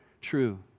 true